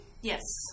Yes